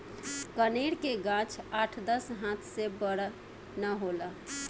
कनेर के गाछ आठ दस हाथ से बड़ ना होला